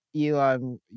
Elon